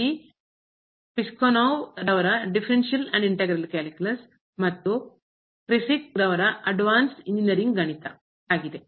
the Piskunov ರವರ differential ಮತ್ತು integral calculus The Piskunov Differential and Integral Calculus ಮತ್ತು Kreyszig ರವರ ಅಡ್ವಾನ್ಸ್ಡ್ ಇಂಜಿನಿಯರಿಂಗ್ ಗಣಿತ Kreyszig Advanced Engineering Mathematics ಆಗಿದೆ